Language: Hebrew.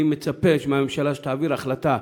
אני מצפה מהממשלה שתעביר החלטה,